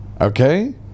okay